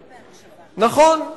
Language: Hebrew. נכון,